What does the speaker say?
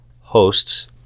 hosts